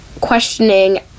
questioning